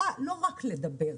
לא רק לדבר,